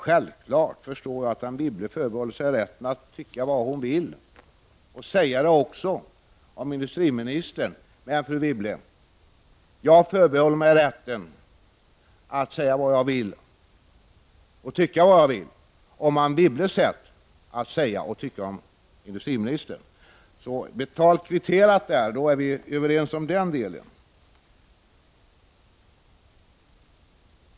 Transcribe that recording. Självfallet förstår jag att Anne Wibble förbehåller sig rätten att tycka vad hon vill, och säga det också, om industriministern. Men, fru Wibble, jag förbehåller mig rätten att säga vad jag vill, och tycka vad jag vill, om det Anne Wibble säger och tycker om industriministern. Betalt — kvitterat. Då är vi överens i den delen.